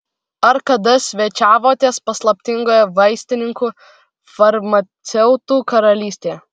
ar kada svečiavotės paslaptingoje vaistininkų farmaceutų karalystėje